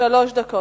לרשותך שלוש דקות.